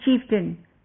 chieftain